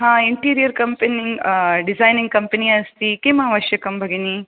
हा interior company designing company अस्ति किम् आवश्यकम् भगिनी